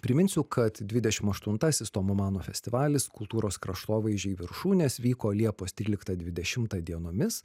priminsiu kad dvidešim aštuntasis tomo mano festivalis kultūros kraštovaizdžiai viršūnės vyko liepos tryliktą dvidešimtą dienomis